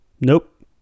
Nope